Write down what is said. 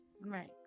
Right